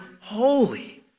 holy